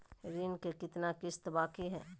ऋण के कितना किस्त बाकी है?